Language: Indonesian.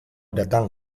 datang